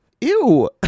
Ew